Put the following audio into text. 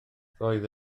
roedd